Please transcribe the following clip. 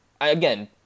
again